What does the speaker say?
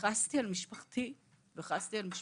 חסתי על משפחתי ועל משפחתו,